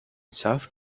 south